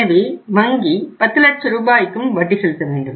எனவே வங்கி 10 லட்ச ரூபாய்க்கும் வட்டி செலுத்த வேண்டும்